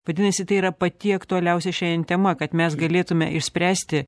vadinasi tai yra pati aktualiausia šiandien tema kad mes galėtume išspręsti